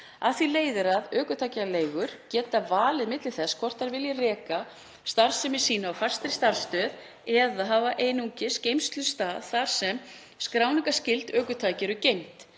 Af því leiðir að ökutækjaleigur geta valið milli þess hvort þær vilji reka starfsemi sína á fastri starfsstöð eða hafa einungis geymslustað þar sem skráningarskyld ökutæki eru geymd.